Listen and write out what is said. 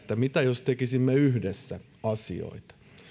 mitä jos tekisimme yhdessä asioita